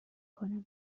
کنم